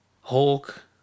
Hulk